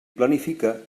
planifica